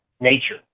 nature